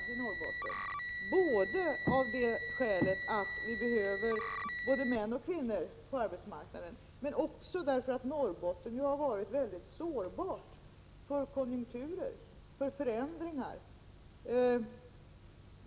Det måste vi göra både därför att vi behöver såväl män som kvinnor på arbetsmarknaden och därför att Norrbotten har varit väldigt sårbart när det gäller konjunkturer och förändringar.